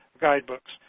guidebooks